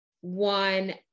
one